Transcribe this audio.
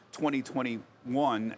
2021